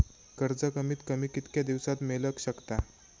कर्ज कमीत कमी कितक्या दिवसात मेलक शकता?